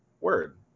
word